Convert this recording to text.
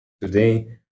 today